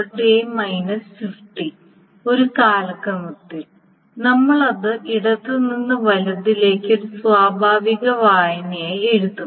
A A 50 ഒരു കാലക്രമത്തിൽ നമ്മൾ അത് ഇടത് നിന്ന് വലത്തേക്ക് ഒരു സ്വാഭാവിക വായനയായി എഴുതും